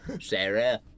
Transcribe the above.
Sarah